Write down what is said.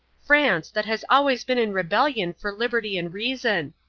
france, that has always been in rebellion for liberty and reason.